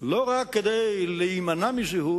לא רק כדי להימנע מזיהום,